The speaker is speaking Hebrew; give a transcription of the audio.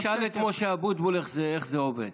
תשאל את משה אבוטבול איך זה עובד.